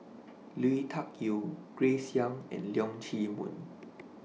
Lui Tuck Yew Grace Young and Leong Chee Mun